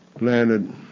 landed